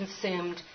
consumed